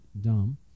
dumb